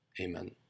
amen